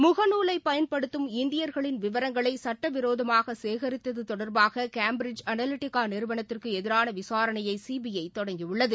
முகநூலையன்படுத்தும் இந்தியர்களின் விவரங்களைசட்டவிரோதமாகசேகரித்ததுதொட்பாககேம்பிரிட்ஜ் அனலிட்டிகாநிறுவனத்துக்குஎதிரானவிசாரணையைசிபிறதொடங்கியுள்ளது